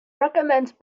recommends